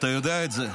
אתה יודע את זה.